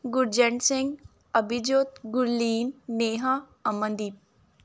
Gurjant Singh Abhijot Gurleen Neha Amandeep